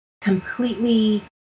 completely